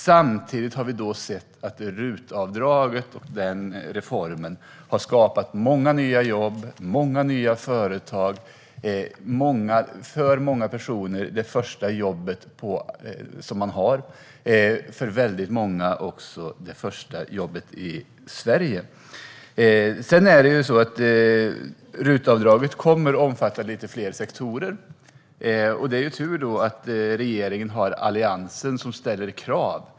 Samtidigt har vi sett att reformen av RUT-avdraget har skapat många nya jobb och nya företag. För många personer innebär detta det första jobbet, och för många är det också det första jobbet i Sverige. RUT-avdraget kommer att omfatta fler sektorer. Det är tur för regeringen att Alliansen ställer krav.